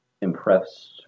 impressed